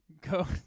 Go